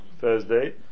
Thursday